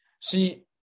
See